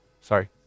sorry